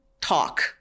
talk